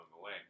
away